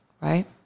Right